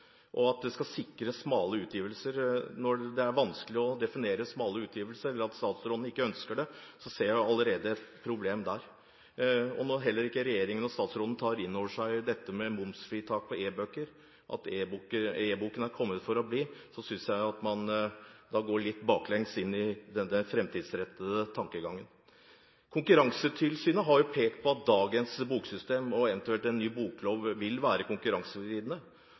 og at det skal sikre smale utgivelser. Når det er vanskelig å definere «smale utgivelser», eller at statsråden ikke ønsker å gjøre det, ser jeg et problem allerede der. Når heller ikke regjeringen og statsråden tar inn over seg dette med momsfritak på ebøker, og at eboken er kommet for å bli, synes jeg at man da går litt baklengs inn i den fremtidsrettede tankegangen. Konkurransetilsynet har pekt på at dagens boksystem og eventuelt en ny boklov vil være konkurransevridende.